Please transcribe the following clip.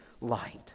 light